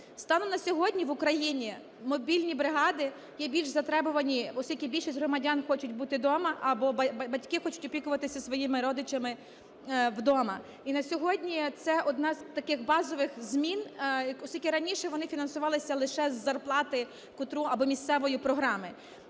Станом на сьогодні в Україні мобільні бригади є більш затребувані, оскільки більшість громадян хочуть бути дома або батьки хочуть опікуватися своїми родичами вдома. І на сьогодні це одна з таких базових змін, оскільки раніше вони фінансувалися лише з зарплати або місцевої програми.